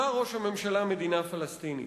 ראש הממשלה אמר "מדינה פלסטינית".